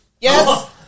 Yes